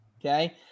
okay